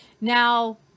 Now